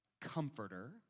comforter